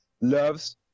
loves